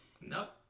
nope